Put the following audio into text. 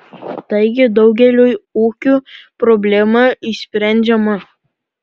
taigi daugeliui ūkių problema išsprendžiama